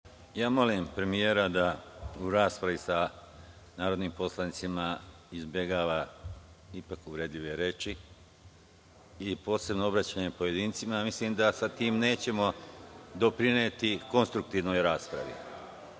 Molim premijera da u raspravi sa narodnim poslanicima izbegava ipak uvredljive reči i posebno obraćanje pojedincima. Mislim da sa tim nećemo doprineti konstruktivnoj raspravi.